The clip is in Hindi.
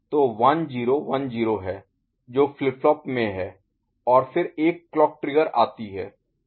तो 1 0 1 0 है जो फ्लिप फ्लॉप में है और फिर एक क्लॉक ट्रिगर आती है